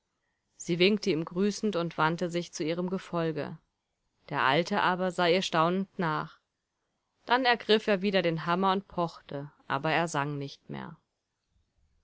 sie winkte ihm grüßend und wandte sich zu ihrem gefolge der alte aber sah ihr staunend nach dann ergriff er wieder den hammer und pochte aber er sang nicht mehr